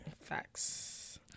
Facts